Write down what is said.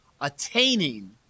attaining